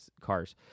cars